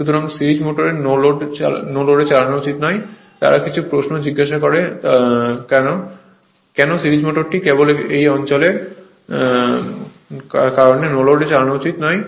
সুতরাং সিরিজের motor no লোডে চালানো উচিত নয় তারা কিছু প্রশ্ন জিজ্ঞাসা করে কেন সিরিজের মোটরটি কেবল এই অঞ্চলের কারণে নো লোডে চালানো উচিত নয়